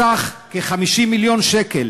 סך 50 מיליון שקל,